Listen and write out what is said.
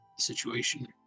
situation